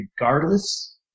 regardless